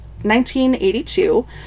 1982